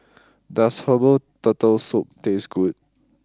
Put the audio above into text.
does Herbal Turtle Soup taste good